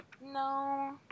No